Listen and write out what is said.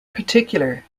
particular